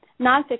nonfiction